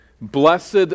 Blessed